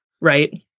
right